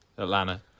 Atlanta